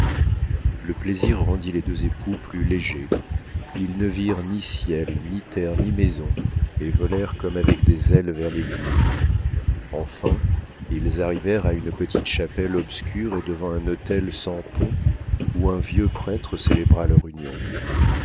le plaisir rendit les deux époux plus légers ils ne virent ni ciel ni terre ni maisons et volèrent comme avec des ailes vers l'église enfin ils arrivèrent à une petite chapelle obscure et devant un autel sans pompe où un vieux prêtre célébra leur union